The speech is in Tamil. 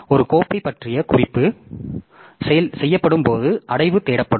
ஒரு கோப்பைப் பற்றிய குறிப்பு செய்யப்படும்போது அடைவு தேடப்படும்